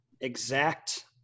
exact